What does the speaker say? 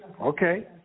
Okay